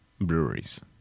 breweries